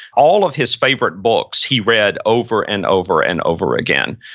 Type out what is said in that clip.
all of his favorite books he read over and over and over again.